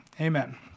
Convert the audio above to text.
Amen